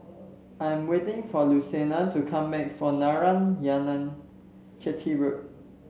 I am waiting for Luciana to come back from Narayanan Chetty Road